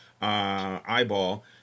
eyeball